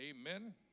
Amen